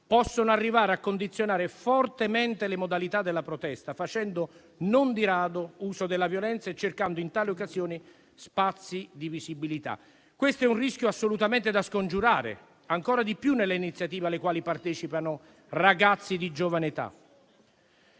possono arrivare a condizionare fortemente le modalità della protesta, facendo, non di rado, uso della violenza e cercando in tali occasioni spazi di visibilità. Questo è un rischio assolutamente da scongiurare ancora di più nelle iniziative alle quali partecipano ragazzi di giovane età.